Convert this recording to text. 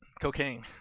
Cocaine